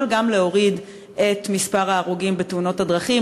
יכול גם להוריד את מספר ההרוגים בתאונות הדרכים.